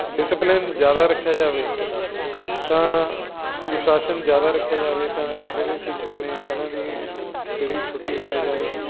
discipline ਜ਼ਿਆਦਾ ਰੱਖਿਆ ਜਾਵੇ ਤਾਂ ਅਨੁਸ਼ਾਸਨ ਜ਼ਿਆਦਾ ਰੱਖਿਆ ਜਾਵੇ ਤਾਂ ਜਿਹੜੇ ਟੀਚਰ ਨੇ ਉਹਨਾਂ ਦੀ ਜਿਹੜੀ ਛੁੱਟੀ ਹੈ ਜਾਂ